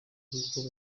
kubo